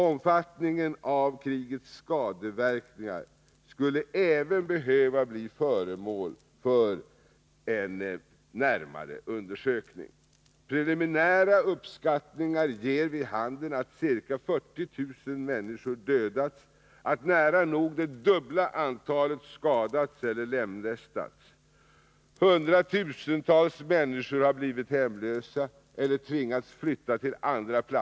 Omfattningen av krigets skadeverkningar skulle även behöva bli föremål för en närmare undersökning. Preliminära uppskattningar ger vid handen att ca 40 000 dödats och att nära nog det dubbla antalet skadats eller lemlästats. Hundratusentals människor har blivit hemlösa eller tvingats flytta till andra platser.